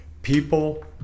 People